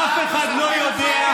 אף אחד לא יודע,